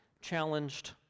challenged